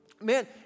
man